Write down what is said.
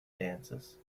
dances